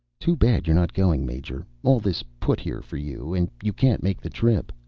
too bad you're not going, major. all this put here for you, and you can't make the trip.